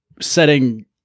setting